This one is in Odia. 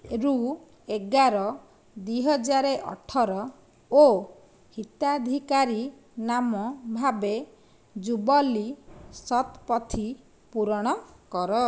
ରୁ ଏଗାର ଦୁଇ ହଜାର ଅଠର ଓ ହିତାଧିକାରୀ ନାମ ଭାବେ ଜୁବଲି ଶତପଥୀ ପୂରଣ କର